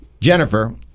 Jennifer